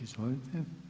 Izvolite.